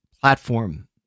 platform